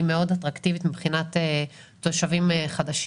מאוד אטרקטיבית מבחינת תושבים חדשים.